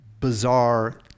bizarre